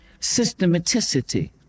systematicity